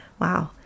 Wow